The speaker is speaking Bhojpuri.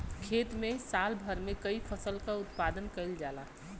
खेत में साल भर में कई फसल क उत्पादन कईल जाला